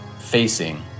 facing